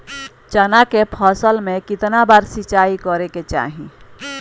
चना के फसल में कितना बार सिंचाई करें के चाहि?